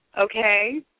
Okay